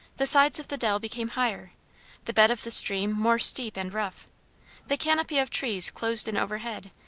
the sides of the dell became higher the bed of the stream more steep and rough the canopy of trees closed in overhead,